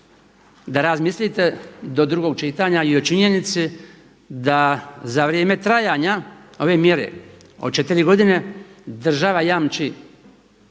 da razmislite do drugog čitanja i o činjenici da za vrijeme trajanja ove mjere od 4 godine država jamči